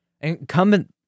incumbent